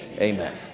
amen